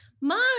mom